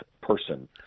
person